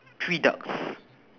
three ducks